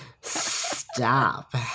stop